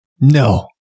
No